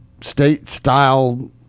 State-style